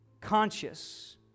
conscious